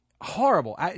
horrible